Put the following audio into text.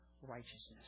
righteousness